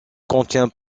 contient